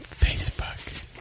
Facebook